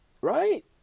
Right